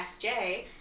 sj